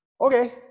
okay